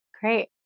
Great